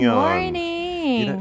morning